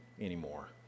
anymore